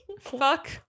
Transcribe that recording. fuck